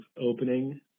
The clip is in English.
opening